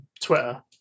twitter